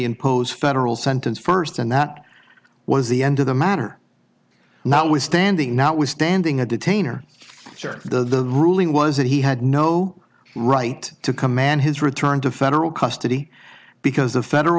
impose federal sentence first and that was the end of the matter now we're standing now we're standing a detainer the ruling was that he had no right to command his return to federal custody because the federal